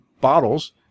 bottles